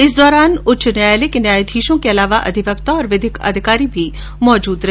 इस दौरान उच्च न्यायालय के न्यायाधीशों के अलावा अधिवक्ता तथा विधिक अधिकारी मौजूद रहे